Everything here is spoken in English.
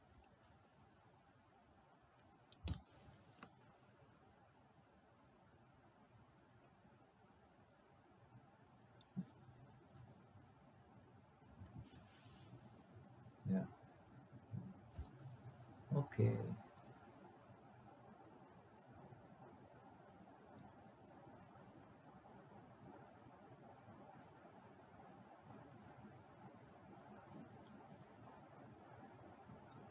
ya okay